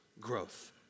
growth